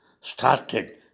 started